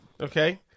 Okay